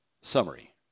Summary